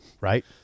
right